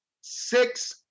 six